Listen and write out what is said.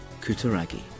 Kutaragi